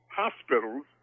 hospitals